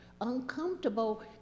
Uncomfortable